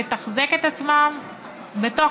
לתחזק את עצמם בתוך